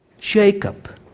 Jacob